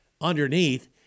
underneath